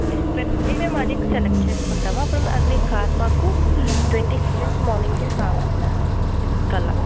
select చేసుకుంటాము అది మీ కార్ మాకు ట్వంటీ సెవెన్త్ మార్నింగ్కి కావాలండి సిక్స్ కంతా